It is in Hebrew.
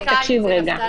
זה נפתלי.